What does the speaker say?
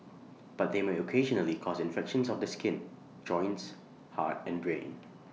but they may occasionally cause infections of the skin joints heart and brain